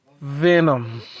venom